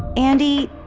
andi,